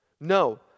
No